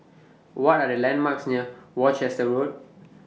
What Are The landmarks near Worcester Road